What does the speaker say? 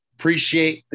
Appreciate